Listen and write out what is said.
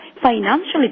financially